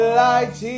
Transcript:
light